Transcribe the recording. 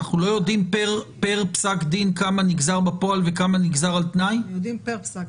אנחנו נגיע בדיוק למספרים האלה,